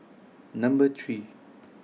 Number three